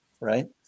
Right